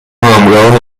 همراه